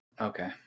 Okay